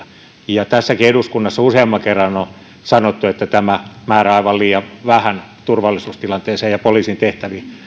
ja tässäkin eduskunnassa on useamman kerran sanottu että tämä määrä on aivan liian vähän turvallisuustilanteeseen ja poliisin